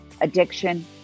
addiction